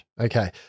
Okay